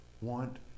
want